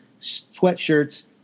sweatshirts